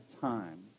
time